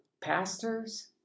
pastors